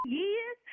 years